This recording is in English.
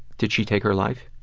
did she take her life?